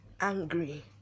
angry